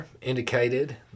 indicated